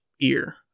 ear